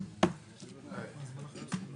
(הישיבה נפסקה בשעה 13:23